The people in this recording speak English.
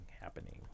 happening